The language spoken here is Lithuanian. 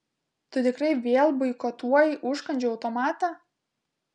tu tikrai vėl boikotuoji užkandžių automatą